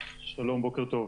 שלום, בוקר טוב.